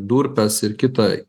durpes ir kitą